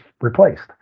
replaced